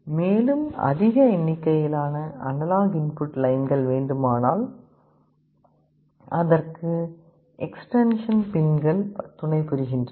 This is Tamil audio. மேலும் அதிக எண்ணிக்கையிலான அனலாக் இன்புட் லைன்கள் வேண்டுமானால் அதற்கு எக்ஸ்டென்ஷன் பின்கள் துணைபுரிகின்றன